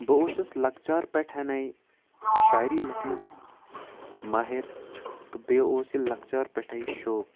بہٕ اوسُس لَکچار پٮ۪ٹھَنٕے شاعری لیٚکھَنَس ماہِر تہٕ بیٚیہِ اوس یہِ لَکچار پٮ۪ٹھَے شوق